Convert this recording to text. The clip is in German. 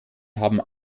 haben